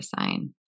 sign